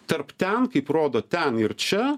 tarp ten kaip rodo ten ir čia